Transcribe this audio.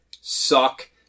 suck